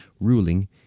ruling